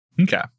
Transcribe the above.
Okay